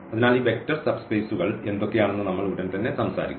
അതിനാൽ ഈ വെക്റ്റർ സബ്സ്പേസ്കൾ എന്തൊക്കെയാണെന്ന് നമ്മൾഉടൻ തന്നെ സംസാരിക്കും